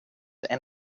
and